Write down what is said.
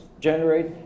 generate